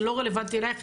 זה לא רלוונטי אלייך,